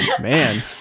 Man